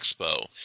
Expo